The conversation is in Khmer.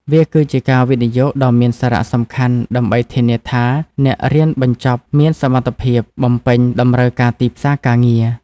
វាគឺជាការវិនិយោគដ៏មានសារៈសំខាន់ដើម្បីធានាថាអ្នករៀនបញ្ចប់មានសមត្ថភាពបំពេញតម្រូវការទីផ្សារការងារ។